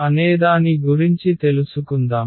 అనేదాని గురించి తెలుసుకుందాం